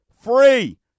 free